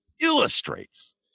illustrates